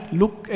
look